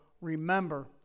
remember